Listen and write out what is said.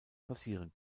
passieren